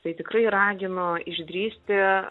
tai tikrai raginu išdrįsti